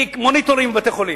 נביא מוניטורים לבתי-חולים,